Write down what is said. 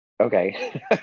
Okay